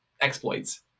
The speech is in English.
exploits